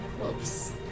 close